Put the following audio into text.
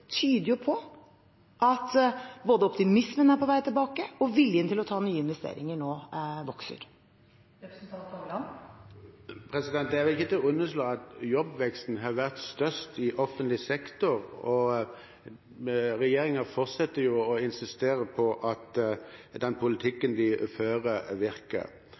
tyder jo på at optimismen er på vei tilbake, og at viljen til å ta nye investeringer nå vokser. Det er vel ikke til å underslå at jobbveksten har vært størst i offentlig sektor, og regjeringen fortsetter jo å insistere på at den politikken de fører, virker.